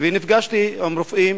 ונפגשתי עם רופאים.